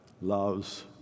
loves